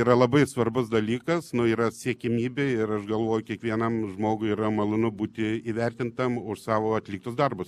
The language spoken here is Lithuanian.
yra labai svarbus dalykas yra siekiamybė ir aš galvoju kiekvienam žmogui yra malonu būti įvertintam už savo atliktus darbus